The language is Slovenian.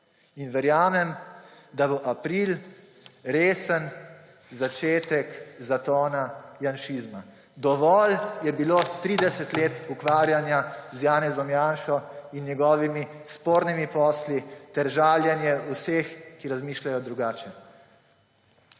In verjamem, da bo april resen začetek zatona janšizma. Dovolj je bilo 30 let ukvarjanja z Janezom Janšo in njegovimi spornimi posli ter žaljenje vseh, ki razmišljajo drugače.